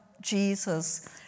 Jesus